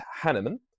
Hanneman